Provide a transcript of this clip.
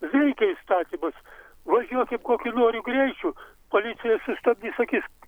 veikia įstatymas važiuokim kokiu noriu greičiu policija sustabdys sakys